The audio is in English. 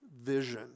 vision